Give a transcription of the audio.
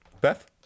Beth